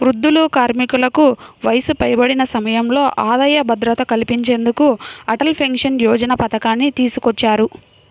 వృద్ధులు, కార్మికులకు వయసు పైబడిన సమయంలో ఆదాయ భద్రత కల్పించేందుకు అటల్ పెన్షన్ యోజన పథకాన్ని తీసుకొచ్చారు